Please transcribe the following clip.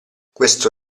questo